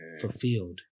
fulfilled